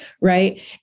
right